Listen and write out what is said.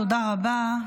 תודה רבה.